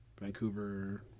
Vancouver